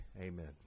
Amen